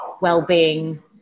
well-being